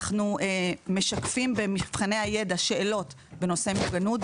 אנחנו משקפים במבחני הידע שאלות בנושא מוגנות,